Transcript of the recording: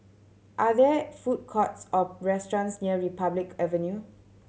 are there food courts or restaurants near Republic Avenue